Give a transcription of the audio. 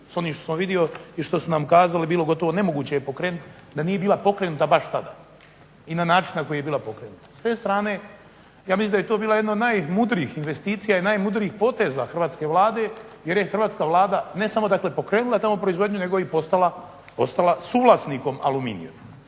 s onim što sam vidio i s onim što su nam kazali bilo gotovo nemoguće pokrenuti da nije bila pokrenuta baš tada i na način na koji je bila pokrenuta. S te strane ja mislim da je to bila jedna od najmudrijih investicija i poteza hrvatske Vlade, jer je hrvatska Vlada ne samo tamo pokrenula proizvodnju nego postala i suvlasnikom Aluminija.